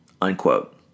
Unquote